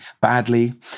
badly